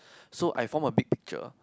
so I form a big picture